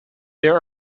there